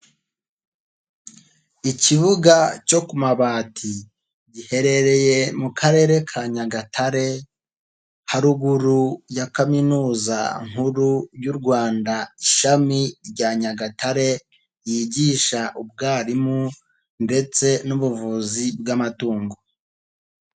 Ikibuga cyo ku mabati giherereye mu karere ka Nyagatare, haruguru ya Kaminuza Nkuru y'u Rwanda ishami rya Nyagatare, yigisha ubwarimu ndetse n'ubuvuzi bw'amatungo.